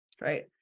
Right